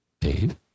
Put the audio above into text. Dave